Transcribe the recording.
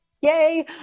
Yay